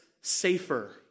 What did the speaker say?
safer